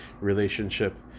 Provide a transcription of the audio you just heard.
relationship